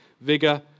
vigor